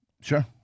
Sure